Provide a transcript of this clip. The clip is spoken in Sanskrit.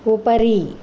उपरि